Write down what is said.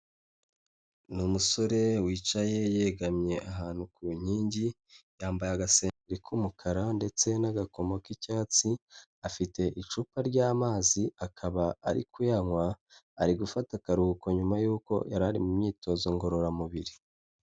Ni umusore wicaye yegamye ahantu ku nkingi yambaye agasengeri k'umukara ndetse n'agakomo k'icyatsi, afite icupa ry'amazi akaba ari kuyanywa, ari gufata akaruhuko nyuma y'uko yari ari mu imyitozo ngororamubiri.